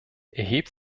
erhebt